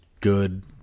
good